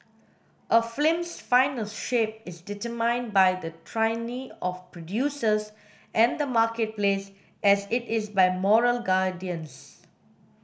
a film's final shape is determined by the tyranny of producers and the marketplace as it is by moral guardians